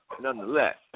nonetheless